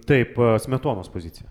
taip smetonos pozicija